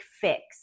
fix